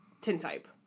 tintype